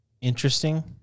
interesting